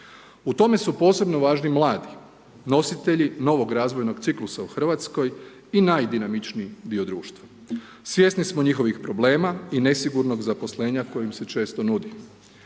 U tome su posebno važni mladi nositelji novog razvojnog ciklusa u Hrvatskoj i najdinamičniji dio društva, svjesni smo njihovih problema i nesigurnost zaposlenja koje im se često nudi.